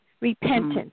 Repentance